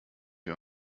wir